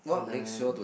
then